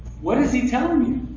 what is he telling um you?